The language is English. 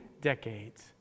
decades